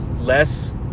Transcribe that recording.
less